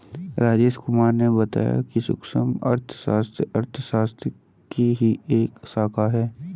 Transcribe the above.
राजेश कुमार ने बताया कि सूक्ष्म अर्थशास्त्र अर्थशास्त्र की ही एक शाखा है